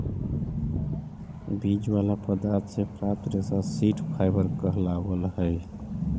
बीज वाला पदार्थ से प्राप्त रेशा सीड फाइबर कहलावऽ हई